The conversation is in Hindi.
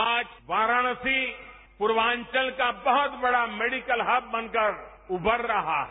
आज वाराणसी पूर्वांचल का बहुत बढ़ा मेडिकल हब बनकर उमर रहा है